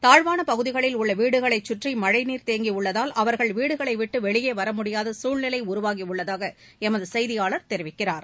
தாழ்வான பகுதிகளில் உள்ள வீடுகளை கற்றி மழை நீர் தேங்கியுள்ளதால் மக்கள் வீடுகளைவிட்டு வெளியே வரமுடியாத சூழ்நிலை உருவாகியுள்ளதாக எமது செய்தியாளர் தெரிவிக்கிறார்